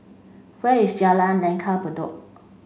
where is Jalan Langgar Bedok